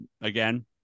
Again